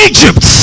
Egypt